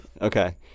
Okay